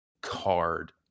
card